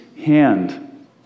hand